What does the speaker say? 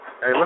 Hey